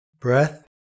breath